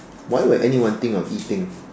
why would anyone think of eating